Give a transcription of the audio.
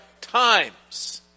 times